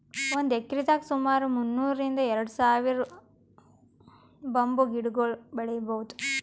ಒಂದ್ ಎಕ್ರೆದಾಗ್ ಸುಮಾರ್ ಮುನ್ನೂರ್ರಿಂದ್ ಎರಡ ಸಾವಿರ್ ಬಂಬೂ ಗಿಡಗೊಳ್ ಬೆಳೀಭೌದು